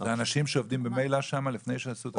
זה אנשים שעובדים ממילא שם לפני שעשו את ההכשרה?